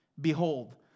Behold